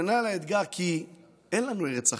איענה לאתגר כי אין לנו ארץ אחרת.